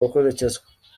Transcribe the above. gukurikizwa